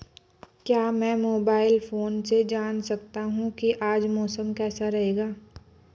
क्या मैं mobile phone से जान सकता हूँ कि आज मौसम कैसा रहेगा?